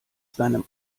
seinem